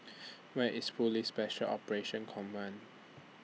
Where IS Police Special Operations Command